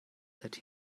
that